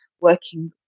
working